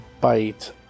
bite